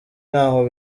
ntaho